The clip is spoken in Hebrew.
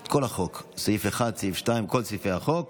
על כל החוק, סעיף 1, סעיף 2, כל סעיפי החוק